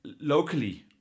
locally